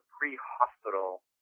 pre-hospital